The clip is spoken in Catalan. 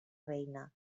reina